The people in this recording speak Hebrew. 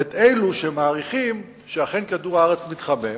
את אלו שמעריכים שאכן כדור-הארץ מתחמם